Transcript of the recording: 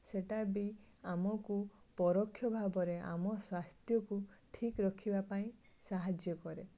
ସେଇଟା ବି ଆମକୁ ପରୋକ୍ଷ ଭାବରେ ଆମ ସ୍ୱାସ୍ଥ୍ୟକୁ ଠିକ୍ ରଖିବା ପାଇଁ ସାହାଯ୍ୟ କରେ